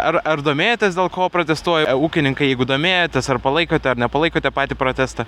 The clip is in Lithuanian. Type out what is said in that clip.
ar ar domėjotės dėl ko protestuoja ūkininkai jeigu domėjotės ar palaikote ar nepalaikote patį protestą